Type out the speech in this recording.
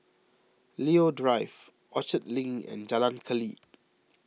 Leo Drive Orchard Link and Jalan Keli